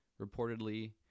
reportedly